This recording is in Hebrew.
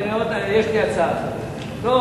יש לי הצעה אחרת.